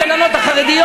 והכנסת לא מצטיינת ביושר.